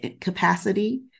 capacity